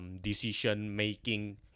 decision-making